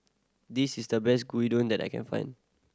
this is the best that I can find